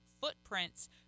footprints